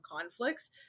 conflicts